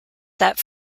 that